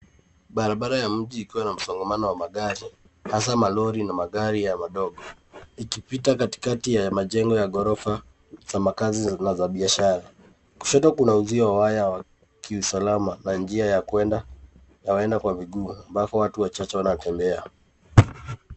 Barabara ya mji ikiwa na msongamano wa magari, hasa malori na magari madogo ikipita katikati ya majengo ya ghorofa za makaazi na za biashara. Kushoto kuna uzio wa waya wa kiusalama na njia ya waenda kwa miguu ambako watu wachache wanatembea.